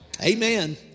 Amen